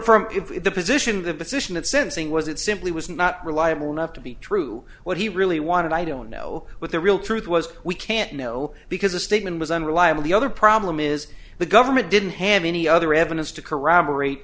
for the position the position of syncing was it simply was not reliable enough to be true what he really wanted i don't know what the real truth was we can't know because the statement was unreliable the other problem is the government didn't have any other evidence to corroborate